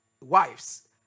wives